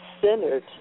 Centered